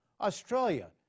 Australia